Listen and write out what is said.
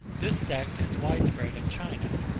this sect is widespread in china.